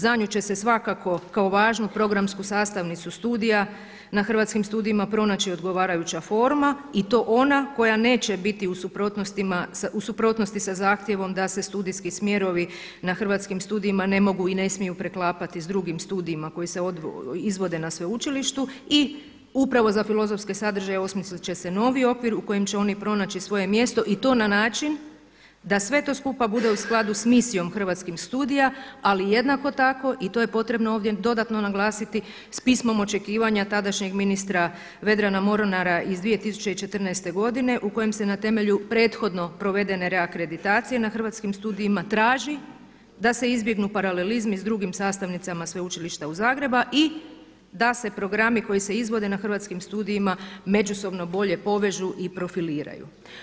Za nju će se svakako kao važnu programsku sastavnicu studija na Hrvatskim studijima pronaći odgovarajuća forma i to ona koja neće biti u suprotnosti za zahtjevom da se studijski smjerovi na Hrvatskim studijima ne mogu i ne smiju preklapati s drugim studijima koji se izvode na sveučilištu i upravo za filozofske sadržaje osmislit će se novi okvir u kojem će oni pronaći svoje mjesto i to na način da sve to skupa bude u skladu s misijom Hrvatskih studija, ali i jednako tako i to je potrebno ovdje dodatno naglasiti, s pismom očekivanja tadašnjeg ministra Vedrana Mornara iz 2014. godine u kojem se na temelju prethodno provedene reakreditacije na Hrvatskim studijima traži da se izbjegnu paralelizmi s drugim sastavnicama Sveučilišta u Zagrebu i da se programi koji se izvode na Hrvatskim studijima međusobno bolje povežu i profiliraju.